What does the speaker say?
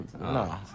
No